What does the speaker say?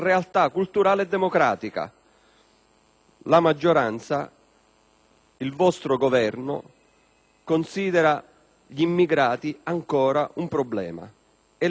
La maggioranza, il vostro Governo, considera gli immigrati ancora un problema, e le mafie no;